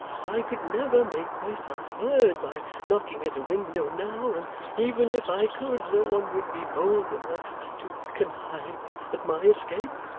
i could never make myself heard by knocking at a window now and even if i could, no one would be bold enough to connive at my escape.